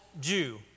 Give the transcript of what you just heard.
Jew